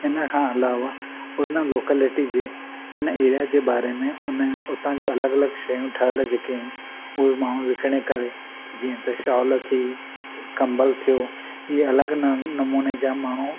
इन खां अलावा उन लोकेलिटी जे उन एरिआ जे ॿारे में हुन उतां जूं अलॻि अलॻि शयूं ठहियल जेके आहिनि उहे माण्हू विकणे करे जीअं त शॉल थी कम्बलु थियो इहे अलॻि नमूने जा माण्हू